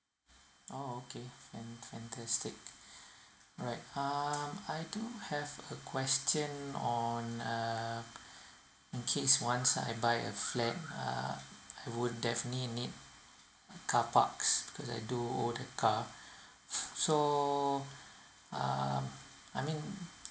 orh okay fan~ fantastic alright um I do have a question on uh in case once I buy a flat uh would definitely need carparks cause I doown a car so um I mean